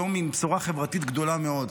יום עם בשורה חברתית גדולה מאוד,